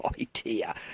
idea